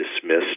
dismissed